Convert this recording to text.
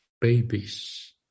babies